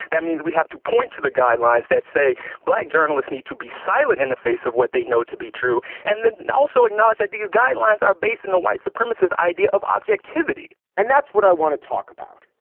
that means we have to point to the guidelines that say black journalists need to be silent in the face of what they know to be true. and then also acknowledge that these guidelines are based on a white supremacist idea of objectivity and that's what i want to talk about.